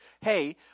Hey